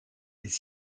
les